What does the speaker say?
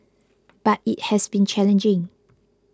but it has been challenging